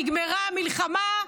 נגמרה המלחמה?